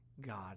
God